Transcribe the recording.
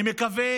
אני מקווה